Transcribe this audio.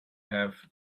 have